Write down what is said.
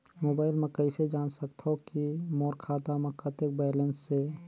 Mobile म कइसे जान सकथव कि मोर खाता म कतेक बैलेंस से?